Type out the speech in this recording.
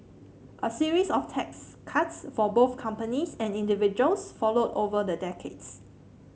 a series of tax cuts for both companies and individuals followed over the decades